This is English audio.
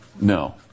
No